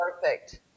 perfect